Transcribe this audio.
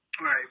Right